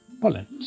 Poland